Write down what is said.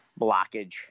blockage